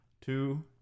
two